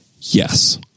Yes